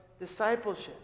discipleship